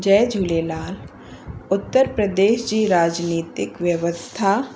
जय झूलेलाल उत्तर प्रदेश जी राजनितिक व्यवस्था